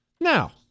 Now